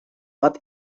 bat